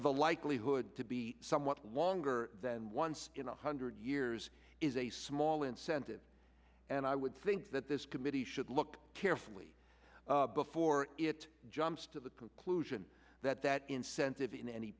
the likelihood to be somewhat longer than once in a hundred years is a small incentive and i would think that this committee should look carefully before it jumps to the conclusion that that incentive in any